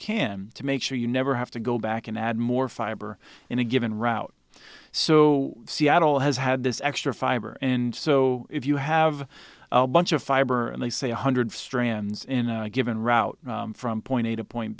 can to make sure you never have to go back and add more fiber in a given route so seattle has had this extra fiber and so if you have a bunch of fiber and they say one hundred strands in a given route from point a to point